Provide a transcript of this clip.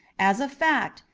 as a fact,